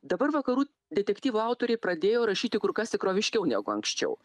dabar vakarų detektyvų autoriai pradėjo rašyti kur kas tikroviškiau negu anksčiau